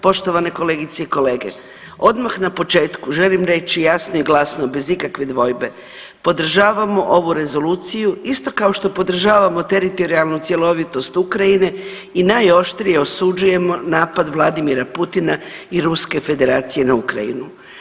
Poštovane kolegice i kolege, odmah na početku želim reći jasno i glasno bez ikakve dvojbe, podržavamo ovu rezoluciju isto kao što podržavamo teritorijalnu cjelovitost Ukrajine i najoštrije osuđujemo napad Vladimira Putina i Ruske Federacije na Ukrajinu.